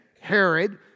Herod